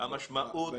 זה